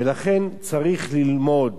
ולכן צריך ללמוד,